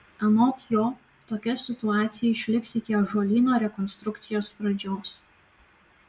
anot jo tokia situacija išliks iki ąžuolyno rekonstrukcijos pradžios